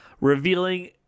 Revealing